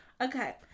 Okay